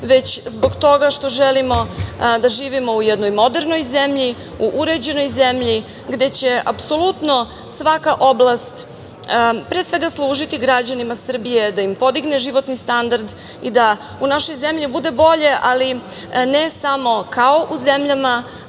već zbog toga što želimo da živimo u jednoj modernoj zemlji, u uređenoj zemlji, gde će apsolutno svaka oblast, pre svega, služiti građanima Srbije da im podigne životne standard i da u našoj zemlji bude bolje, ali ne samo kao u zemljama